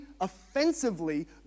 offensively